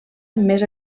més